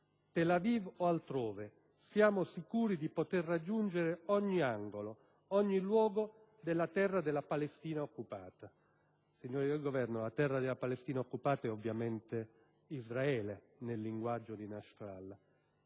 «Tel Aviv o altrove, siamo sicuri di poter raggiungere ogni angolo, ogni luogo della terra della Palestina occupata» - signori del Governo, la terra della Palestina occupata è ovviamente Israele nel linguaggio di Nasrallah